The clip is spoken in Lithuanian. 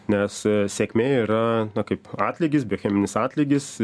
nes sėkmė yra kaip atlygis biocheminis atlygis